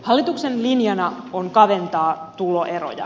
hallituksen linjana on kaventaa tuloeroja